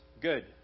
good